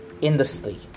industry